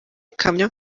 kamyo